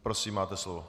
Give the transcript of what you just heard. Prosím, máte slovo.